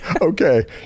Okay